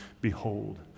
behold